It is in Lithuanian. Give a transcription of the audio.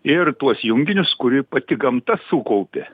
ir tuos junginius kurį pati gamta sukaupė